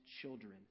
children